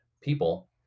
people